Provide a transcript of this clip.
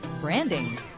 branding